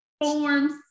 forms